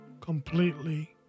completely